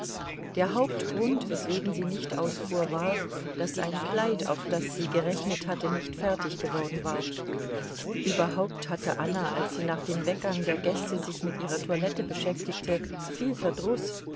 der hauptgrund weswegen sie nicht ausfuhr war daß ein kleid auf das sie gerechnet hatte nicht fertig geworden war überhaupt hatte anna als sie nach dem weggang der gäste sich mit ihrer toilette beschäftigte viel verdruß